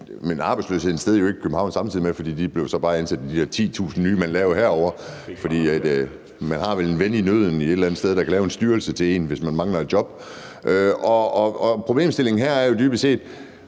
men arbejdsløsheden steg jo ikke samtidig i København, for de personer blev så bare ansat i de der 10.000 job, man lavede herovre. For man har vel en ven i nøden et eller andet sted, der kan lave en styrelse til en, hvis man mangler et job. Problemstillingen her er jo dybest set,